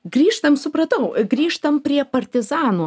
grįžtam supratau grįžtam prie partizano